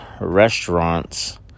restaurants